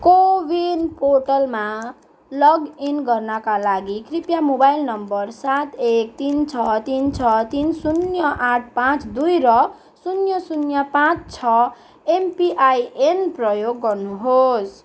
कोविन पोर्टलमा log in गर्नाका लागि कृपया मोबाइल नम्बर सात एक तिन छ तिन छ तिन शून्य आठ पाँच दुई र शून्य शून्य पाँच छ एमपिआइएन प्रयोग गर्नुहोस्